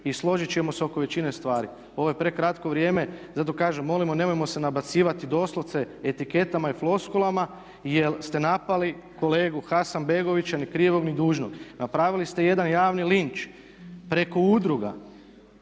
i složiti ćemo se oko većine stvari. Ovo je prekratko vrijeme, zato kažem molimo nemojmo se nabacivati doslovce etiketama i floskulama jer ste napali kolegu Hasanbegovića ni krivog ni dužnog. Napravili ste jedan javni linč preko udruga